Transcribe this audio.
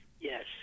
Yes